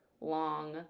long